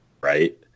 Right